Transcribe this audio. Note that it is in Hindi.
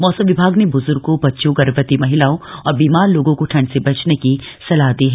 मौसम विभाग ने ब्ज्र्गों बच्चों गर्भवती महिलाओं और बीमार लोगों को ठंड से बचने की सलाह दी है